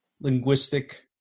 linguistic